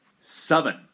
seven